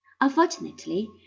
Unfortunately